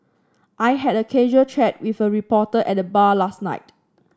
I had a casual chat with a reporter at the bar last night